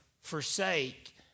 forsake